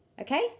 Okay